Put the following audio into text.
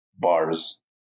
Bars